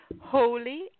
holy